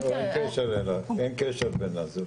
אין קשר בין הדברים.